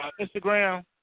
Instagram